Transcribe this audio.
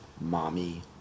mommy